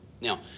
Now